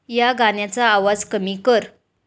या गाण्याचा आवाज कमी कर